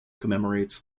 commemorates